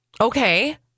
Okay